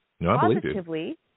Positively